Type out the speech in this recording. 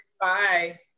Bye